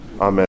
Amen